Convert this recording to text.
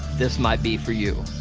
this might be for you.